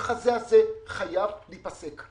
המחזה הזה חייב להיפסק.